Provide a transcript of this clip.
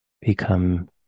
become